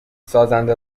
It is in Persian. سازنده